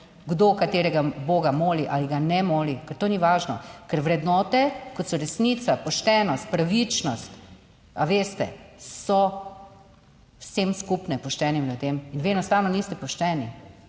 kdo katerega boga moli ali ga ne moli, ker to ni važno, ker vrednote, kot so resnica, poštenost, pravičnost, a veste, so vsem skupne poštenim ljudem in vi enostavno niste pošteni,